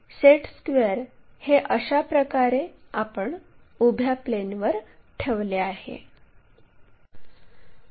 तर set square हे अशा प्रकारे आपण उभ्या प्लेनवर ठेवले आहे